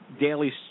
daily